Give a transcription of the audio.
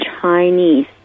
chinese